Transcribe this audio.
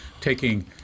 taking